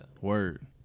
Word